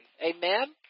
Amen